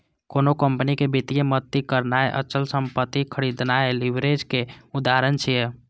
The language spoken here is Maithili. कोनो कंपनी कें वित्तीय मदति करनाय, अचल संपत्ति खरीदनाय लीवरेज के उदाहरण छियै